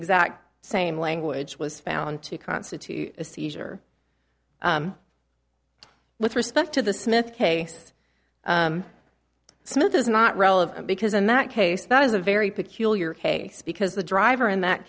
exact same language was found to constitute a seizure with respect to the smith case smith is not relevant because in that case that is a very peculiar case because the driver in that